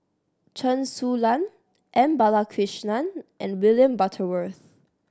Chen Su Lan M Balakrishnan and William Butterworth